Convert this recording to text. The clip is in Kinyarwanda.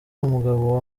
umugabo